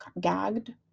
gagged